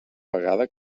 vegada